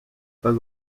pas